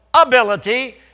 ability